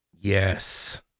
Yes